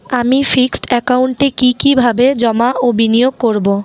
আমি ফিক্সড একাউন্টে কি কিভাবে জমা ও বিনিয়োগ করব?